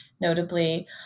notably